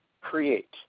create